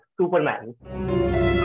Superman